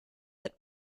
that